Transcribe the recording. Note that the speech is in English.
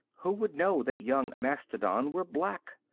who would know that young mastodon were black?